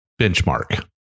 benchmark